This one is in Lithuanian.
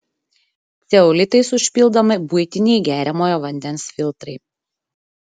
ceolitais užpildomi buitiniai geriamojo vandens filtrai